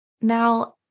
now